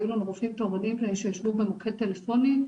היו לנו רופאים תורנים שישבו במוקד טלפוני,